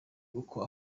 uko